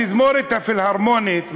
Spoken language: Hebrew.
התזמורת הפילהרמונית,